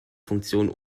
funktion